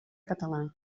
català